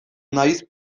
naiz